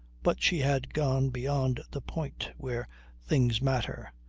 but she had gone beyond the point where things matter.